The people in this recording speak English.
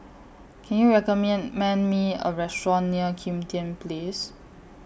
Can YOU Me A Restaurant near Kim Tian Place